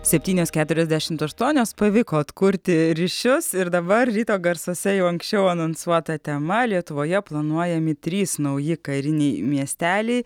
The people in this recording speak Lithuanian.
septynios keturiasdešimt aštuonios pavyko atkurti ryšius ir dabar ryto garsuose jau anksčiau anonsuota tema lietuvoje planuojami trys nauji kariniai miesteliai